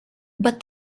but